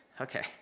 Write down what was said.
okay